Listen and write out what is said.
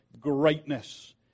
greatness